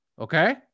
Okay